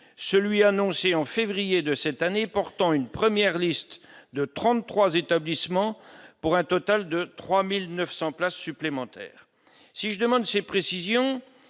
celui annoncé en février de cette année, portant une première liste de 33 établissements, pour un total de 3900 places supplémentaires si je demande ces précisions